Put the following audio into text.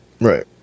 Right